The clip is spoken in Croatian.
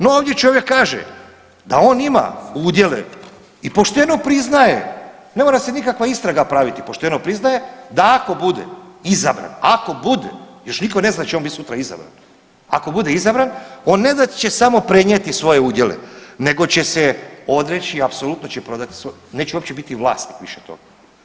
No ovdje čovjek kaže da on ima udjele i pošteno priznaje, ne mora se nikakva istraga praviti, pošteno priznaje da ako bude izabran, ako bude još nitko ne zna hoće on sutra biti izabran, ako bude izabran on ne da će samo prenijeti svoje udjele nego će se odreći apsolutno će prodati, neće uopće biti vlasnik više toga.